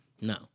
No